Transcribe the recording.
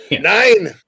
Nine